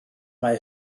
mae